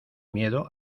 miedo